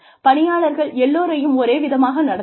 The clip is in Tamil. பணியாளர்கள் எல்லோரையும் ஒரே விதமாக நடத்துங்கள்